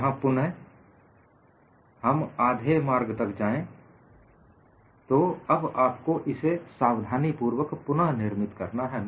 यहां पर पुन हम आधे मार्ग तक जाएं तो अब आपको इसे सावधानीपूर्वक पुनः निर्मित करना है